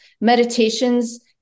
meditations